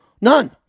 None